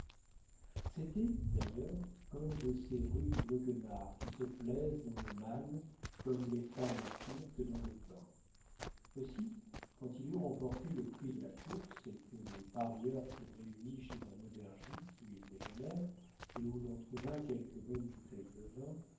c'était d'ailleurs un de ces rudes goguenards qui se plaisent dans le mal comme les femmes turques dans le bain aussi quand il eut remporté le prix de la course et que les parieurs furent réunis chez un aubergiste où ils déjeunèrent et où l'on trouva quelques bonnes bouteilles de vin